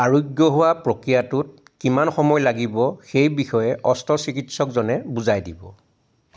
আৰোগ্য হোৱা প্ৰক্ৰিয়াটোত কিমান সময় লাগিব সেই বিষয়ে অস্ত্ৰচিকিৎসকজনে বুজাই দিব